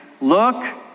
Look